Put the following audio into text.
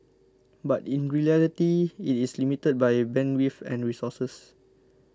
but in reality it is limited by bandwidth and resources